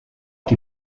die